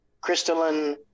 crystalline